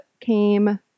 came